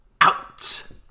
out